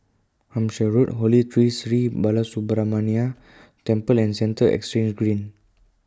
Hampshire Road Holy Tree Sri Balasubramaniar Temple and Central Exchange Green